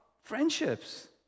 friendships